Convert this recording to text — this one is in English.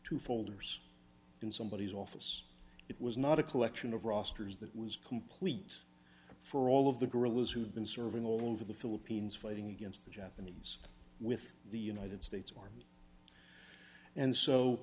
two folders in somebody's office it was not a collection of rosters that was complete for all of the guerrillas who'd been serving all over the philippines fighting against the japanese with the united states a